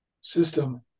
system